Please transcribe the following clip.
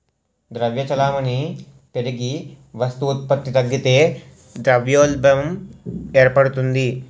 ద్రవ్య చలామణి పెరిగి వస్తు ఉత్పత్తి తగ్గితే ద్రవ్యోల్బణం ఏర్పడుతుంది